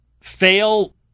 fail